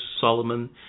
Solomon